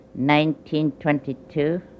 1922